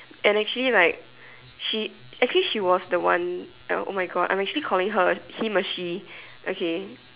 and actually like she actually she was the one uh my God I'm actually calling her him a she okay